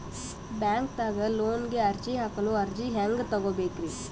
ಬ್ಯಾಂಕ್ದಾಗ ಲೋನ್ ಗೆ ಅರ್ಜಿ ಹಾಕಲು ಅರ್ಜಿ ಹೆಂಗ್ ತಗೊಬೇಕ್ರಿ?